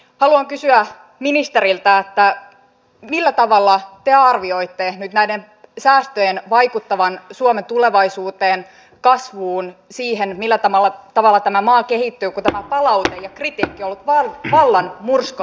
haluan kysyä ministeriltä millä tavalla te arvioitte nyt näiden säästöjen vaikuttavan suomen tulevaisuuteen kasvuun siihen millä tavalla tämä maa kehittyy kun tämä palaute ja kritiikki on ollut vallan murskaavaa